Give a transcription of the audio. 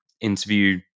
interview